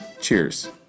Cheers